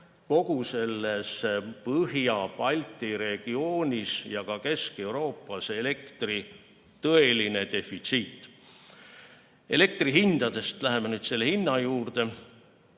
kogu selles Põhjamaade-Balti regioonis ja ka Kesk-Euroopas elektri tõeline defitsiit. Elektri hindadest – läheme nüüd selle hinna juurde.